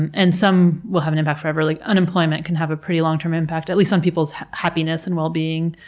and and some will have an impact forever. like unemployment can have a pretty long-term impact, at least on people's happiness and well-being,